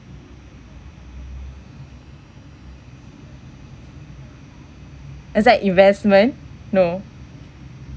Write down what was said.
as like investment no